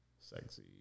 sexy